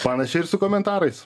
panašiai ir su komentarais